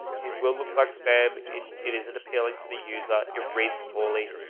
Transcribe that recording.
it will look like spam. it it isn't appealing to the user. it reads poorly.